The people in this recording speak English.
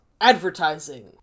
Advertising